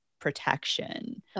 protection